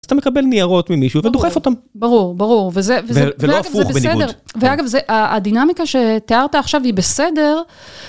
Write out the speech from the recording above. אז אתה מקבל ניירות ממישהו ודוחף אותם. - ברור, ברור, וזה... - ולא הפוך בניגוד. - ואגב, הדינמיקה שתיארת עכשיו היא בסדר,